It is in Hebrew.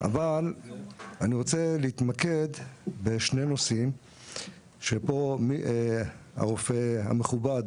אבל אני רוצה להתמקד בשני נושאים שהרופא המכובד